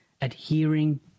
adhering